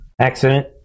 accident